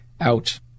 out